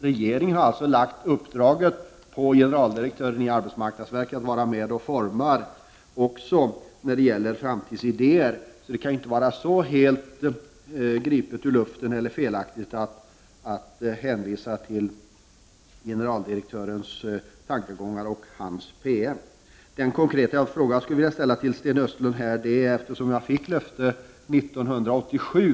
Regeringen har alltså gett i uppdrag till generaldirektören i arbetsmarknadsverket att även vara med och forma framtidsidéer. Det kan således inte vara helt gripet ur luften eller felaktigt att hänvisa till generaldirektörens tankegångar och till hans PM. Jag fick 1987 ett löfte från regeringen om att det snart skulle komma förslag om en ny arbetsförmedlingslag.